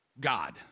God